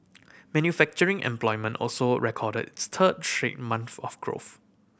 manufacturing employment also recorded its third straight month of growth